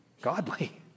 godly